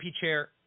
chair